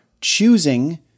choosing